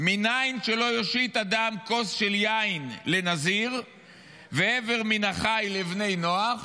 "מנין שלא יושיט אדם כוס של יין לנזיר ואיבר מן החי לבני נוח?